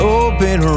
open